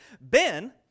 Ben